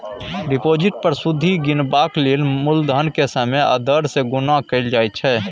deposit पर सुदि गिनबाक लेल मुलधन केँ समय आ दर सँ गुणा कएल जाइ छै